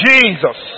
Jesus